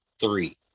three